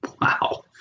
Wow